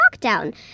lockdown